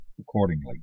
accordingly